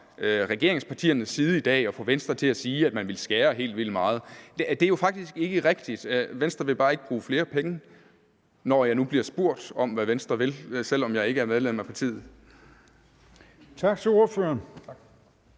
regeringspartiernes side i dag, på at få Venstre til at sige, at de vil skære helt vildt meget ned, rammer fejl. Det er jo faktisk ikke rigtigt. Venstre vil bare ikke bruge flere penge. Det er mit svar, når jeg nu bliver spurgt om, hvad Venstre vil, selv om jeg ikke er medlem af partiet. Kl. 16:02 Formanden: